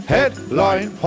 Headline